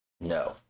no